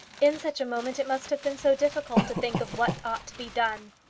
in such a moment it must have been so difficult to think of what ought to be done.